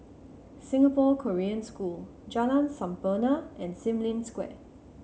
Singapore Korean School Jalan Sampurna and Sim Lim Square